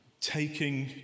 taking